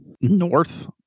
north